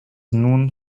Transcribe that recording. nun